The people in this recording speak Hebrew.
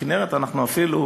בכינרת אנחנו אפילו,